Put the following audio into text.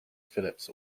philips